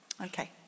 Okay